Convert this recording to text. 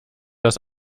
dass